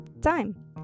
time